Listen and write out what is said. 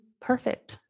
perfect